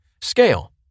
Scale